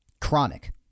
chronic